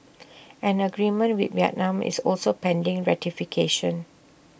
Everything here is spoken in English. an agreement with Vietnam is also pending ratification